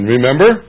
Remember